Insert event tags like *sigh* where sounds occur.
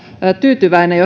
tyytyväinen *unintelligible*